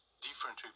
different